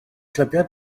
clybiau